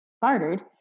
bartered